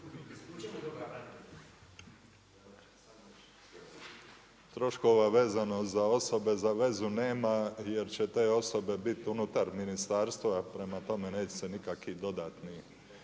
troškova vezano za osobe za vezu nema jer će te osobe biti unutar ministarstva, prema tome neće se nikakvi dodatni